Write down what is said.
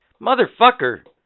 motherfucker